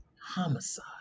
homicide